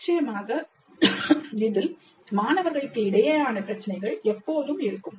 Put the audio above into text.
நிச்சயமாக இதில் மாணவர்களுக்கு இடையேயான பிரச்சனைகள் எப்போதும் இருக்கும்